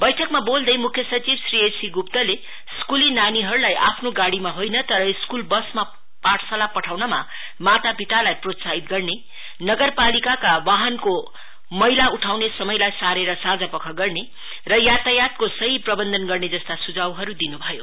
बैठकमा बोल्दै मुख्य सचिव श्री सिएस गुप्ताले स्कूली नानीहरुलाई आफ्नो गाड़ीमा होइन तर स्कूल बसमा पाठशाला पठाउनमा मातापितालाई प्रोत्साहित गर्ने नगरपालिकाको वाहनको मैला उठाउने समयलाई सारेर साँझ परव गर्ने यातायातको सही प्रबन्धन गर्ने जस्ता सुझावहरु दिनुभयो